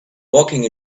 walking